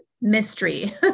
mystery